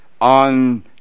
on